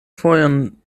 fojon